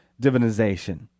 divinization